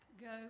Go